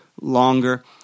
longer